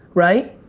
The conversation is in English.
right?